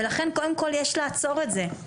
ולכן קודם כל יש לעצור את זה.